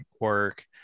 work